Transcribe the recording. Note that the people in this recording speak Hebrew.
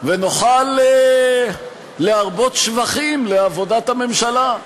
ונוכל להרבות שבחים לעבודת הממשלה.